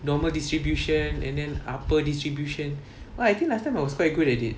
normal distribution and then upper distribution I think last time I was quite good at it